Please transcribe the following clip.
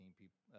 people